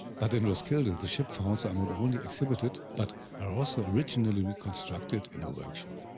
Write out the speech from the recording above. but in roskilde the ship founds are not only exhibited but are also originally reconstructed in a workshop.